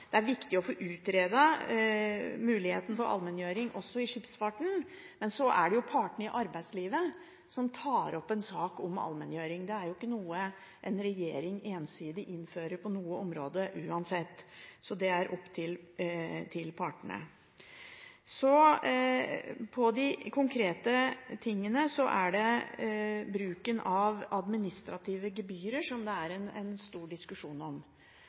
det er viktig å få utredet muligheten for allmenngjøring også i skipsfarten. Men det er partene i arbeidslivet som tar opp en sak om allmenngjøring. Det er ikke noe en regjering ensidig innfører på noe område uansett, det er opp til partene. Helt konkret er det bruken av administrative gebyrer det er stor diskusjon om.